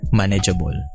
manageable